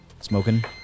Smoking